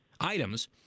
items